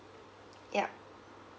yup